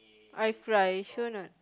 I cry sure not